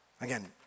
Again